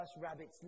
rabbit's